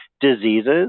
diseases